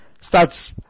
starts